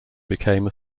became